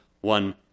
one